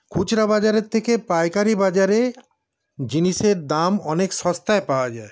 খুচরা বাজারের থেকে পাইকারি বাজারে জিনিসের দাম অনেক সস্তায় পাওয়া যায়